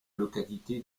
localité